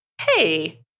hey